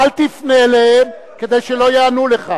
אל תבלבל את המוח.